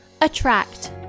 Attract